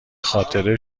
خاطره